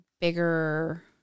bigger